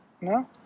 No